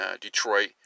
Detroit